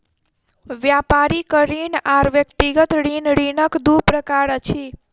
व्यापारिक ऋण आर व्यक्तिगत ऋण, ऋणक दू प्रकार अछि